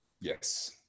Yes